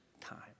time